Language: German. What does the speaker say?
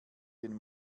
den